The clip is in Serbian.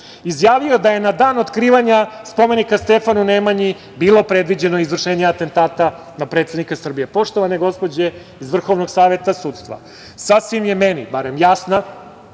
izjavio da je na dan otkrivanja spomenika Stefanu Nemanji bilo predviđeno izvršenje atentata na predsednika Srbije. Poštovane gospođe iz Vrhovnog saveta sudstva, sasvim je barem meni